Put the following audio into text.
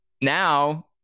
now